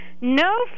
No